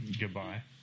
goodbye